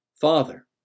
Father